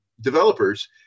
developers